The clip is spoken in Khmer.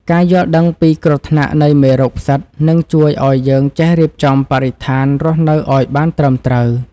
ការយល់ដឹងពីគ្រោះថ្នាក់នៃមេរោគផ្សិតនឹងជួយឱ្យយើងចេះរៀបចំបរិស្ថានរស់នៅឱ្យបានត្រឹមត្រូវ។